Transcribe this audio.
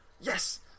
Yes